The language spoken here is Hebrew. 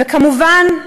וכמובן,